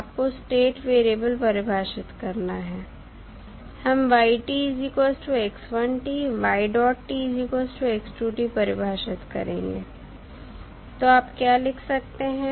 आपको state variable परिभाषित करना है हम परिभाषित करेंगे तो आप क्या लिख सकते हैं